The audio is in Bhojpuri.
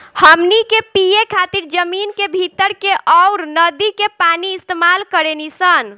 हमनी के पिए खातिर जमीन के भीतर के अउर नदी के पानी इस्तमाल करेनी सन